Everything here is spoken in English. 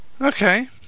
Okay